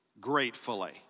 gratefully